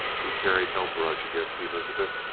he carried no grudge against elizabeth,